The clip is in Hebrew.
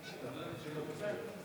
תמה ההצבעה.